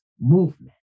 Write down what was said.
movement